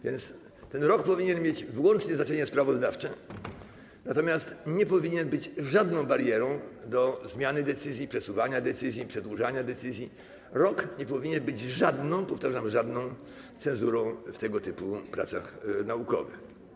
Więc ten rok powinien mieć wyłącznie znaczenie sprawozdawcze, natomiast nie powinien być żadną barierą do zmiany decyzji, przesuwania decyzji, przedłużania decyzji, rok nie powinien być żadną, powtarzam, żadną cezurą w tego typu pracach naukowych.